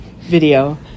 video